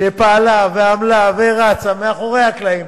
שפעלה ועמלה ורצה מאחורי הקלעים,